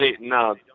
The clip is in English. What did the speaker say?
no